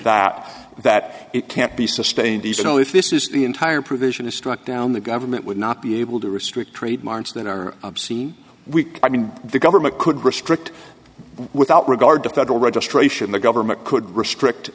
that that it can't be sustained these you know if this is the entire provision is struck down the government would not be able to restrict trademarks that are obscene weak i mean the government could restrict without regard to federal registration the government could restrict